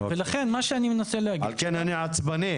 על כן אני עצבני.